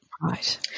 Right